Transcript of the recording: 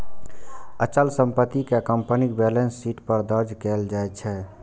अचल संपत्ति कें कंपनीक बैलेंस शीट पर दर्ज कैल जाइ छै